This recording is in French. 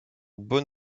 bon